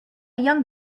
young